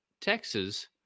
Texas